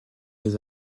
les